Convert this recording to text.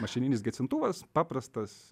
mašininis gesintuvas paprastas